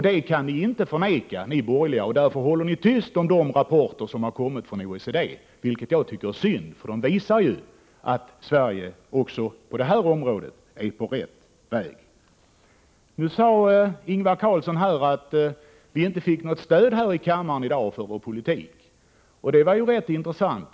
Det kan ni borgerliga inte förneka, och därför håller ni tyst om de rapporter som har kommit från OECD, vilket jag tycker är synd, eftersom de visar att Sverige också på detta område är på rätt väg. Ingvar Karlsson i Bengtsfors sade att vi i dag inte fick något stöd här i kammaren för vår politik. Det var rätt intressant.